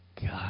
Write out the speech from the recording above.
God